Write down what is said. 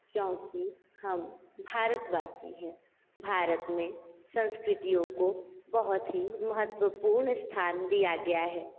क्योंकि हम भारतवासी हैं भारत में संस्कृतियों को बहुत ही महत्पूर्ण स्थान दिया गया है